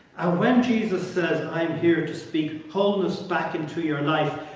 when jesus says i am here to speak wholeness back into your and life.